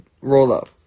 roll-up